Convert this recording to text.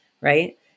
Right